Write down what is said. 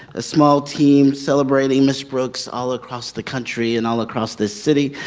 a small team celebrating mrs. brooks all across the country, and all across this city.